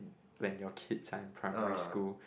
when your kids are in primary school